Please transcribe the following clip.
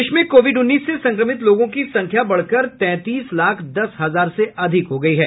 देश में कोविड उन्नीस से संक्रमित लोगों की संख्या बढ़कर तैंतीस लाख दस हजार से अधिक हो गयी है